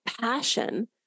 passion